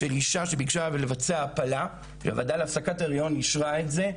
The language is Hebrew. של אישה שביקשה לבצע הפלה והוועדה להפסקת הריון אישרה את זה,